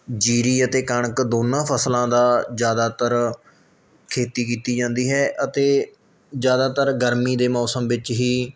ਜੀਰੀ ਅਤੇ ਕਣਕ ਦੋਨਾਂ ਫਸਲਾਂ ਦਾ ਜ਼ਿਆਦਾਤਰ ਖੇਤੀ ਕੀਤੀ ਜਾਂਦੀ ਹੈ ਅਤੇ ਜ਼ਿਆਦਾਤਰ ਗਰਮੀ ਦੇ ਮੌਸਮ ਵਿੱਚ ਹੀ